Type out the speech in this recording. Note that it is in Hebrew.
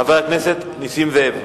חבר הכנסת נסים זאב.